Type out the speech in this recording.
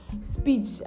Speech